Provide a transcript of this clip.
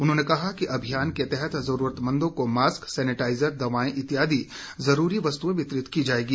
उन्होंने कहा कि अभियान के तहत जरूरतमंदों को मास्क सैनेटाइजर दवाएं इत्यादि जरूरी वस्तुएं वितरित की जाएगी